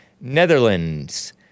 Netherlands